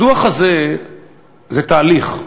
הדוח הזה זה תהליך,